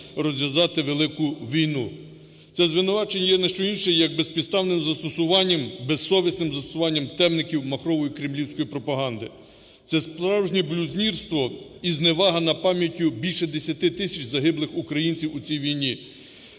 Це звинувачення є не що інше, як безпідставне застосування, безсовісним застосуванням темників махрової кремлівської пропаганди. Це справжнє блюзнірство і зневага над пам'яттю більше 10 тисяч загиблих українців у цій війні.